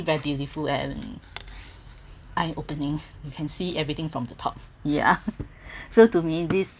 very beautiful and eye opening you can see everything from the top ya so to me this